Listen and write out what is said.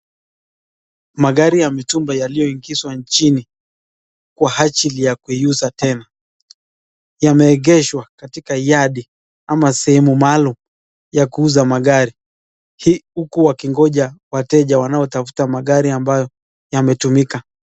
Magari ya mitumba yaliyoingizwa nchini kwa ajili ya kuuzwa tena. Yameegeshwa katika yadi, ama sehemu maalum ya kuuza magari, huku wakingoja wateja wanaotafuta magari ambayo yametumika.